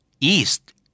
east